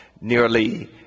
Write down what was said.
nearly